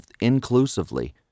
inclusively